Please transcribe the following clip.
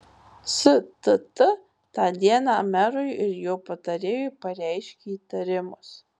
stt tą dieną merui ir jo patarėjui pareiškė įtarimus